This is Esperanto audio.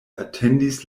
atendis